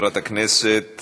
חברת הכנסת